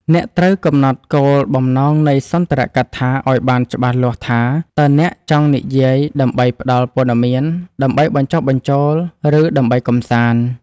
អ្នកត្រូវកំណត់គោលបំណងនៃសន្ទរកថាឱ្យបានច្បាស់លាស់ថា តើអ្នកចង់និយាយដើម្បីផ្ដល់ព័ត៌មាន ដើម្បីបញ្ចុះបញ្ចូល ឬដើម្បីកម្សាន្ត។